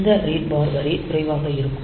இந்த reed bar வரி குறைவாக இருக்கும்